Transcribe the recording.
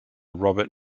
robert